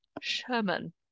sherman